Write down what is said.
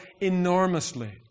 enormously